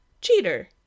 Cheater